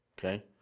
okay